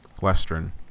western